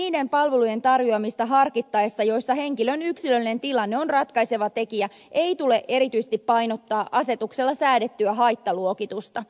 lisäksi niiden palvelujen tarjoamista harkittaessa joissa henkilön yksilöllinen tilanne on ratkaiseva tekijä ei tule erityisesti painottaa asetuksella säädettyä haittaluokitusta